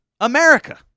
America